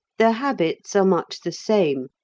their habits are much the same,